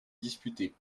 disputés